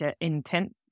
intense